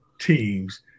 teams